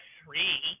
three